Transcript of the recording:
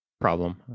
problem